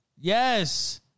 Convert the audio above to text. Yes